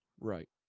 right